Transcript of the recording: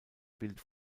bild